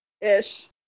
ish